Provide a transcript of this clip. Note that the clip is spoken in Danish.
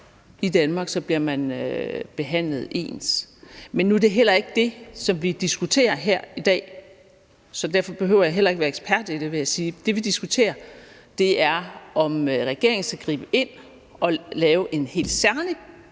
i Danmark, bliver man behandlet ens. Men nu er det heller ikke det, vi diskuterer her i dag, så derfor behøver jeg heller ikke være ekspert i det, vil jeg sige. Det, vi diskuterer, er, om regeringen skal gribe ind og lave en helt særlig